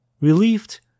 Relieved